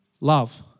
love